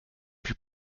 plus